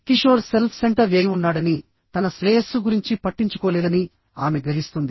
Kishore self centred యై ఉన్నాడని తన శ్రేయస్సు గురించి పట్టించుకోలేదని ఆమె గ్రహిస్తుంది